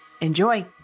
Enjoy